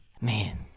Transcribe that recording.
Man